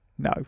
No